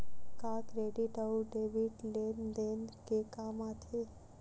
का क्रेडिट अउ डेबिट लेन देन के काम आथे?